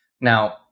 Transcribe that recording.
Now